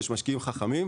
יש משקיעים חכמים,